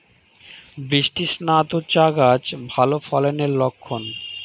বৃষ্টিস্নাত চা গাছ ভালো ফলনের লক্ষন